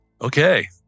Okay